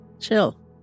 Chill